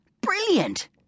Brilliant